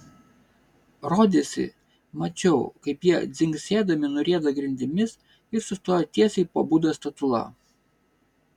rodėsi mačiau kaip jie dzingsėdami nurieda grindimis ir sustoja tiesiai po budos statula